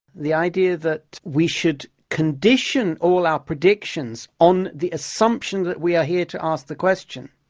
the idea that we should condition all our predictions on the assumption that we are here to ask the question